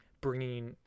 bringing